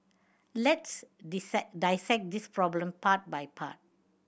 let's dissect this problem part by part